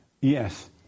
Yes